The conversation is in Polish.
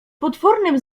potwornym